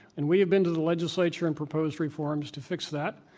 and we have been to the legislature and proposed reforms to fix that.